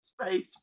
Space